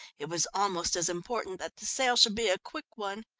it was almost as important that the sale should be a quick one.